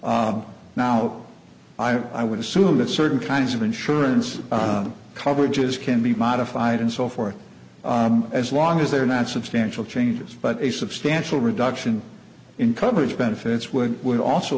but now i would assume that certain kinds of insurance coverage is can be modified and so forth as long as they're not substantial changes but a substantial reduction in coverage benefits would would also